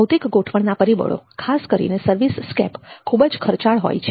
ભૌતિક ગોઠવણના પરિબળો ખાસ કરીને સર્વિસસ્કેપ ખૂબ જ ખર્ચાળ હોય છે